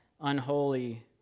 unholy